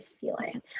feeling